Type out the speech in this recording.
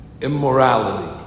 immorality